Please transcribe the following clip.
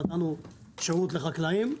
נתנו שירות לחקלאים,